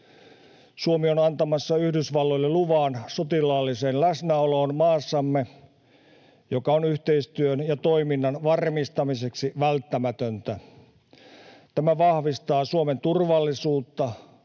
Suomi on antamassa Yhdysvalloille luvan sotilaalliseen läsnäoloon maassamme, mikä on yhteistyön ja toiminnan varmistamiseksi välttämätöntä. Tämä vahvistaa Suomen turvallisuutta,